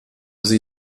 sie